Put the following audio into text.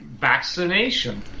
vaccination